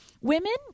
women